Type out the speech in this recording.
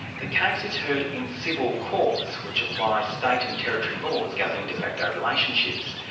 the case is heard in civil courts which apply state and territory laws governing de facto relationships.